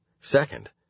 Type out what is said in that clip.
Second